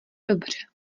dobře